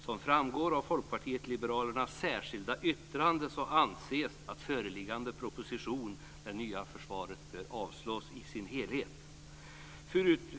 Som framgår av Folkpartiet liberalernas särskilda yttrande anses att föreliggande proposition Det nya försvaret bör avslås i sin helhet.